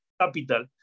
capital